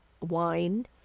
wine